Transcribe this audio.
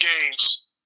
games